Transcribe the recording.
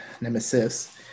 nemesis